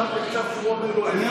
אני שמעתי עכשיו שהוא אומר לו אפס.